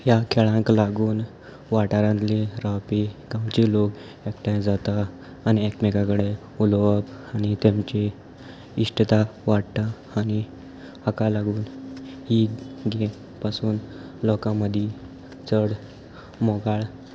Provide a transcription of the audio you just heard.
ह्या खेळांक लागून वाठारांतले रावपी गांवचे लोक एकठांय जाता आनी एकमेका कडेन उलोवप आनी तेमची इश्टता वाडटा आनी हाका लागून ही गेम पासून लोकां मदीं चड मोगाळ